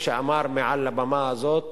שאמר מעל הבמה הזאת